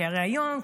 כי הרי היום,